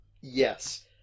Yes